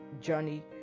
journey